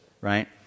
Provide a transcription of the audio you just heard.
right